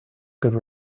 good